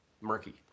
murky